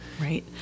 Right